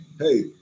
hey